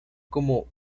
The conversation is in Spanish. como